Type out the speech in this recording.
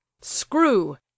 screw